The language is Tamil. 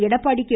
எடப்பாடி கே